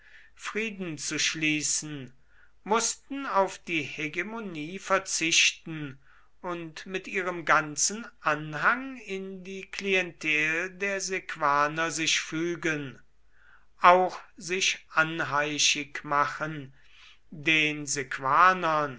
frieden zu schließen mußten auf die hegemonie verzichten und mit ihrem ganzen anhang in die klientel der sequaner sich fügen auch sich anheischig machen den